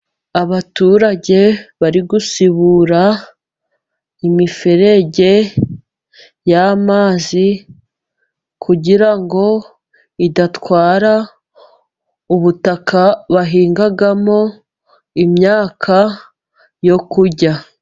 Abaturage bari gusibura imiferege y'amazi, kugirango idatwara ubutaka bahingamo imyaka yo kurya.